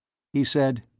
he said,